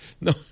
No